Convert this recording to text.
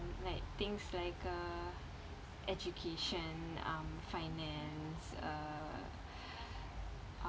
like things like uh education um finance uh